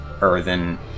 earthen